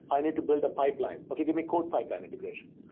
i need to build a pipeline. okay, give me code pipeline integration.